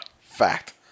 fact